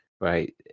Right